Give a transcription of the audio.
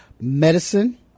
Medicine